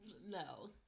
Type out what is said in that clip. No